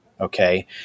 Okay